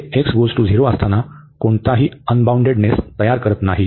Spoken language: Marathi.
हे x → 0 असताना कोणताही अनबाऊंडेडनेस तयार करीत नाही